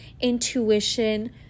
intuition